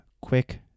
quick